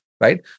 Right